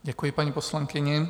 Děkuji paní poslankyni.